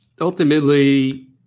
ultimately